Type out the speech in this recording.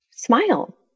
Smile